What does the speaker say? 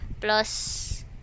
plus